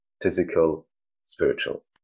physical-spiritual